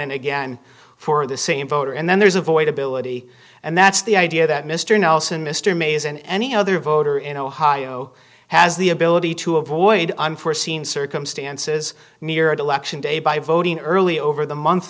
and again for the same voter and then there's a void ability and that's the idea that mr nelson mr mays and any other voter in ohio has the ability to avoid unforeseen circumstances near election day by voting early over the month